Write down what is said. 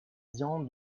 xian